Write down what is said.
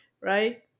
Right